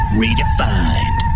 redefined